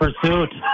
pursuit